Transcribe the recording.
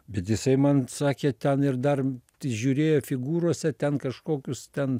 bet jisai man sakė ten ir dar tai žiūrėjo figūrose ten kažkokius ten